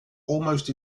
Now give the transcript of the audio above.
almost